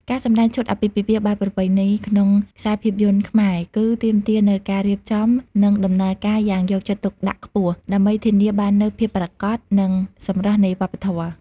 ការសម្ដែងឈុតអាពាហ៍ពិពាហ៍បែបប្រពៃណីក្នុងខ្សែភាពយន្តខ្មែរ គឺទាមទារនូវការរៀបចំ និងដំណើរការយ៉ាងយកចិត្តទុកដាក់ខ្ពស់ ដើម្បីធានាបាននូវភាពជាក់លាក់ និងសម្រស់នៃវប្បធម៌។